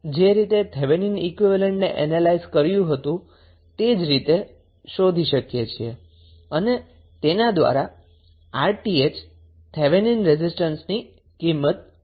હવે જેમ આપણે થેવેનીન ઈક્વીવેલેન્ટને એનેલાઈઝ કર્યુ તે જ રીતે 𝑅𝑁 ને પણ શોધી શકીએ છીએ અને તેના દ્વારા 𝑅𝑇ℎ ની વેલ્યુ શોધી શકીએ છીએ જે થેવેનીન રેઝિસ્ટન્સ છે